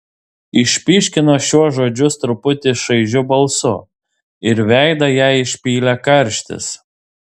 išpyškino šiuos žodžius truputį šaižiu balsu ir veidą jai išpylė karštis